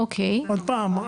עוד פעם,